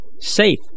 Safe